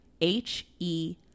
H-E